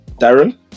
Darren